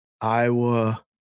Iowa